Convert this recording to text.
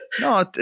No